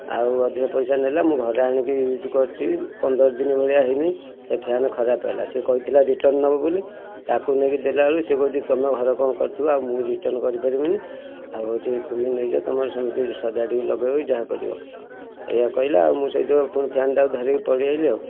ଆଉ ଅଧିକ ପଇସା ନେଲା ମୁଁ ଘରେ ଆଣିକି ୟୁଜ୍ କରିଛି ପନ୍ଦର ଦିନ ଭଳିଆ ହେଇନି ଏ ଫ୍ୟାନ୍ ଖରାପ ହେଲା ସେ କହିଥିଲା ରିଟର୍ନ ନେବ ବୋଲି ତାକୁ ନେଇକି ଦେଲାରୁ ସେ କହୁଛି ତମେ ଘରେ କଣ କରିଥିବ ଆଉ ମୁଁ ରିଟର୍ନ କରିପାରିବିନି ଆଉ ହେଉଛି ତୁମେ ନେଇଯାଅ ତମର ସେମିତି ସଜାଡ଼ିକି ଲଗେଇବ କି ଯାହା କରିବ ଏଇଆ କହିଲା ମୁଁ ସେଇଥିପାଇଁ ପୁଣି ଫ୍ୟାନ୍ଟାକୁ ଧରିକି ପଳେଇଆଇଲି ଆଉ